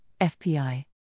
FPI